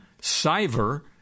Cyber